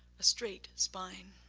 a straight spine.